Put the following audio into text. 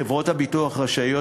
חברות הביטוח רשאיות,